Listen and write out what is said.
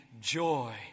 joy